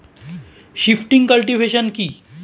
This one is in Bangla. শিফটিং কাল্টিভেশন কি?